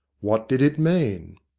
what did it mean?